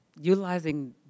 utilizing